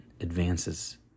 advances